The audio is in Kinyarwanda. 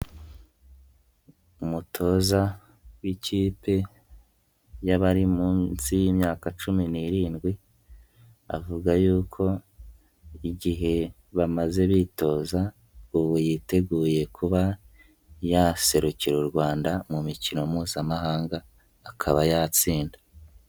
Umutoza w'ikipe y'abari munsi y'imyaka cumi n'irindwi, avuga yuko igihe bamaze bitoza, ubu yiteguye kuba yaserukira u Rwanda mu mikino mpuzamahanga, akaba yatsinda.